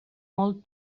molt